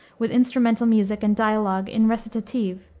with instrumental music and dialogue in recitative,